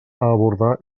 abordar